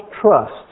trust